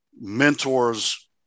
Mentors